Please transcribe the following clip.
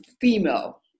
female